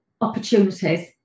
opportunities